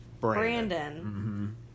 Brandon